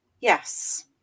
Yes